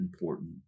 important